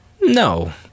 No